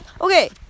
Okay